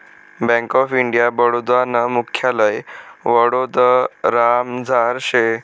bank of Baroda नं मुख्यालय वडोदरामझार शे